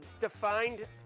defined